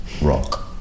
Rock